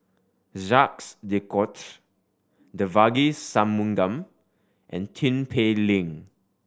Jacques De Coutre Devagi Sanmugam and Tin Pei Ling